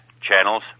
channels